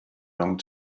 long